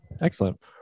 excellent